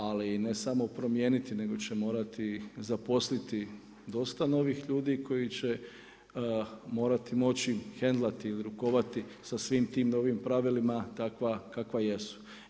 Ali, ne samo promijeniti, nego će morati zaposliti dosta novih ljudi koji će morati moći hendlati ili rukovati sa svim tim novim pravilima takva kakva jesu.